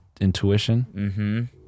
intuition